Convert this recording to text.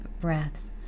breaths